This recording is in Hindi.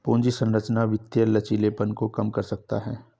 पूंजी संरचना वित्तीय लचीलेपन को कम कर सकता है